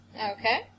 Okay